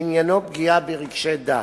שעניינו פגיעה ברגשי דת,